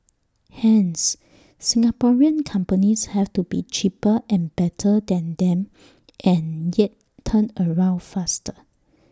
hence Singaporean companies have to be cheaper and better than them and yet turnaround faster